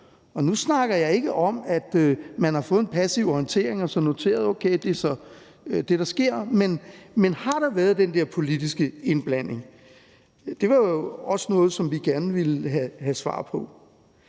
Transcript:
og nu snakker jeg ikke om, at man har fået en passiv orientering og så noteret, at det så er det, der sker – men har der været den der politiske indblanding, var det jo også noget, som vi gerne ville have svar på.